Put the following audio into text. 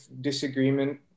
disagreement